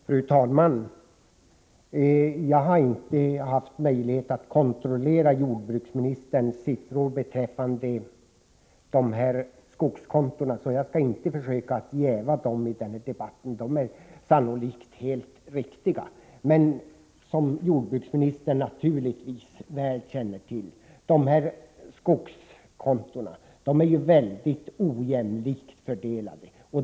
Fru talman! Jag har inte haft möjlighet att kontrollera jordbruksministerns siffror beträffande de här skogskontona, varför jag inte skall bestrida dem. Sannolikt är de helt riktiga. Men jordbruksministern känner naturligtvis väl till att det är en mycket ojämn fördelning när det gäller skogskontona.